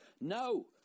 No